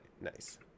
Nice